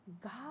God